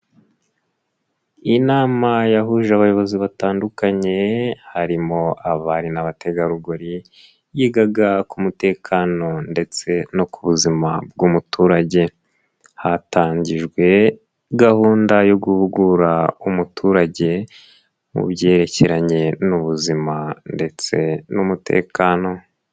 Inama yahuje abayobozi batandukanye harimo abari n'abategarugori yigaga ku mutekano ndetse no ku buzima bw'umuturage. Hatangijwe gahunda yo guhugura umuturage mu byerekeranye n'ubuzima ndetse n'umutekano.